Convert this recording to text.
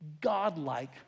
Godlike